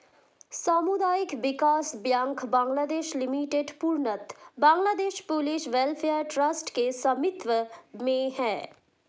सामुदायिक विकास bank Bangladesh limited पूर्णतः बांग्लादेश पुलिस वेलफेयर ट्रस्ट के स्वामित्व में है